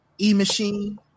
e-machine